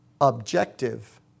objective